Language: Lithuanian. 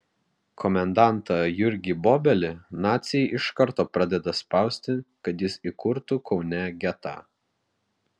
komendantą jurgį bobelį naciai iš karto pradeda spausti kad jis įkurtų kaune getą